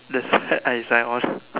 that's why I sign on